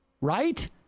Right